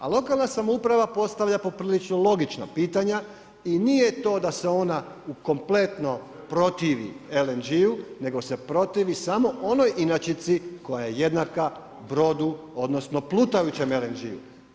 A lokalna samouprava postavlja poprilično logična pitanja i nije to da se ona kompletno protivi LNG-u, nego se protivi samo onoj inačici koja je jednaka brodu odnosno plutajućem LNG-u.